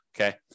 okay